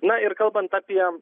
na ir kalbant apie